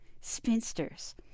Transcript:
spinsters